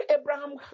Abraham